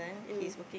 mm